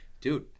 dude